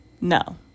no